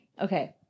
Okay